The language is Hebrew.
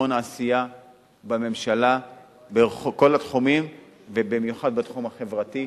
המון עשייה בממשלה בכל התחומים ובמיוחד בתחום החברתי.